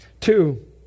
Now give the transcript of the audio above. Two